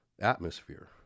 atmosphere